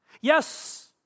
Yes